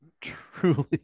truly